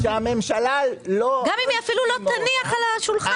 גם אם היא אפילו לא תניח על השולחן.